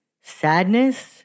sadness